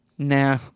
Nah